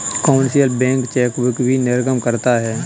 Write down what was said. commercial bank chequebook भी निर्गम करता है